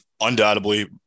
undoubtedly